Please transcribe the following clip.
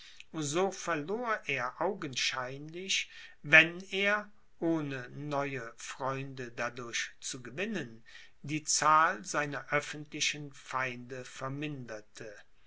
so verlor er augenscheinlich wenn er ohne neue freunde dadurch zu gewinnen die zahl seiner öffentlichen feinde verminderte